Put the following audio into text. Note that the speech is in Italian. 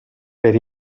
per